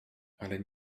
ale